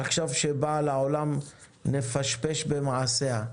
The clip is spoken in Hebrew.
עכשיו כשבאה לעולם נפשפש במעשיה.